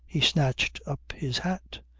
he snatched up his hat.